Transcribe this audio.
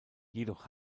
jedoch